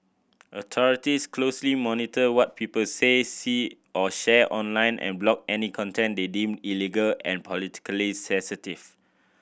authorities closely monitor what people say see or share online and block any content they deem illegal or politically sensitive